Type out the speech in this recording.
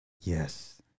yes